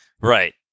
Right